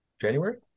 January